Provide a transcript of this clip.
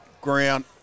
ground